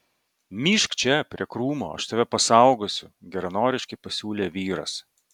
myžk čia prie krūmo aš tave pasaugosiu geranoriškai pasiūlė vyras